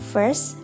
First